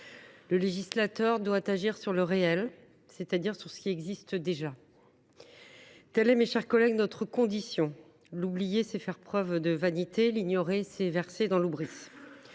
Le législateur doit agir sur le réel, c’est à dire sur ce qui existe déjà. Telle est notre condition. L’oublier, c’est faire preuve de vanité. L’ignorer, c’est verser dans l’hubris.